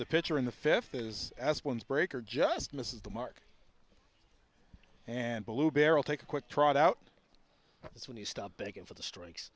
the pitcher in the fifth is as one breaker just misses the mark and blue barrel take a quick trot out that's when you stop begging for the strikes